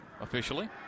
officially